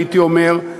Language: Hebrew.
הייתי אומר,